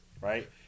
right